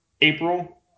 April